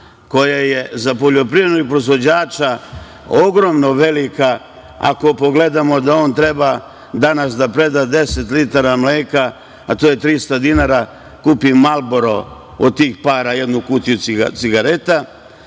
koja je za poljoprivrednog proizvođača velika, ako pogledamo da on treba danas da proda 10 litara mleka, a to je 300 dinara, kupi „Marlboro“ od tih para, jednu kutiju cigareta,